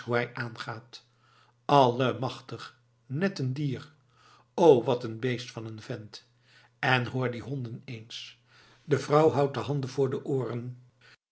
hoe hij aangaat allemachtig net een dier o wat een beest van een vent en hoor die honden eens de vrouw houdt de handen voor de ooren